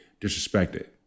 disrespected